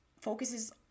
focuses